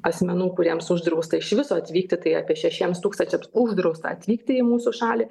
asmenų kuriems uždrausta iš viso atvykti tai apie šešiems tūkstančiams uždrausta atvykti į mūsų šalį